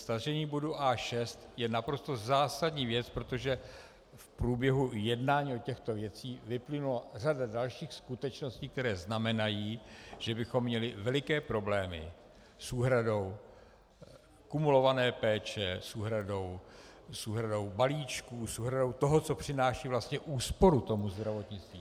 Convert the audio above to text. Stažení bodu A6 je naprosto zásadní věc, protože v průběhu jednání o těchto věcech vyplynula řada dalších skutečností, které znamenají, že bychom měli veliké problémy s úhradou kumulované péče, s úhradou balíčků, s úhradou toho, co vlastně přináší úsporu tomu zdravotnictví.